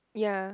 ya